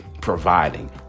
providing